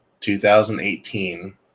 2018